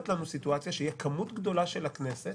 לנו סיטואציה שתהיה כמות גדולה של הכנסת